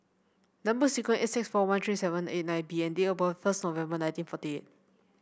number sequence S six four one three seven eight nine B and date of birth first November nineteen forty eight